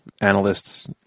analysts